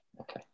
Okay